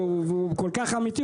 והוא כל כך אמיתי.